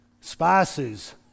spices